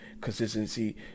Consistency